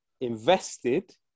invested